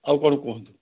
ଆଉ କ'ଣ କୁହନ୍ତୁ